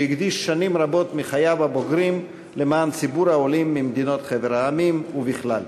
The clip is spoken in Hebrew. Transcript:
שהקדיש שנים רבות מחייו הבוגרים למען ציבור העולים מחבר המדינות ובכלל.